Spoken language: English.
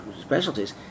specialties